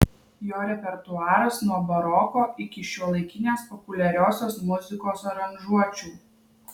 jo repertuaras nuo baroko iki šiuolaikinės populiariosios muzikos aranžuočių